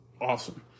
Awesome